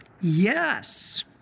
Yes